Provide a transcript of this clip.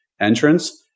entrance